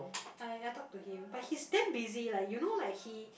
I I talked to him but he's damn busy like you know like he